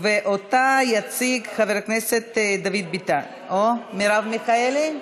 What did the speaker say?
ואותה יציג, חבר הכנסת דוד ביטן, מרב מיכאלי?